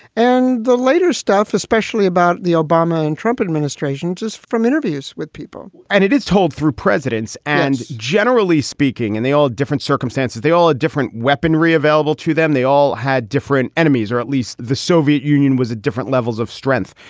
and the later stuff, especially about the obama and trump administrations is from interviews with people and it is told through presidents and generally speaking and they all different circumstances. they all had ah different weaponry available to them. they all had different enemies, or at least the soviet union was a different levels of strength.